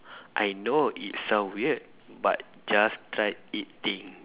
I know it sound weird but just try it thing